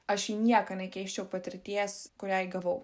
aš į nieką nekeisčiau patirties kurią įgavau